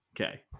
Okay